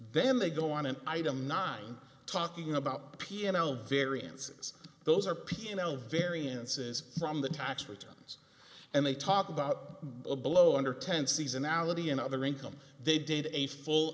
then they go on an item nine talking about piano variances those are piano variances from the tax returns and they talk about a blow under ten seasonality in other income they did a full